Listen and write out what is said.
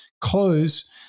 close